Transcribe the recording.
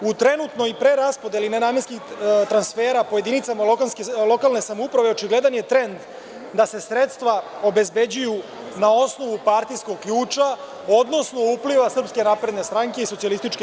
U trenutnoj preraspodeli nenamenskih transfera jedinica lokalne samouprave očigledan je trend da se sredstva obezbeđuju na osnovu partijskog ključa, odnosno upliva SNS i SPS.